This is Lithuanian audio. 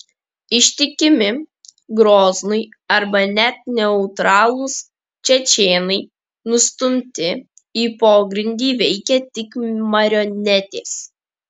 ištikimi groznui arba net neutralūs čečėnai nustumti į pogrindį veikia tik marionetės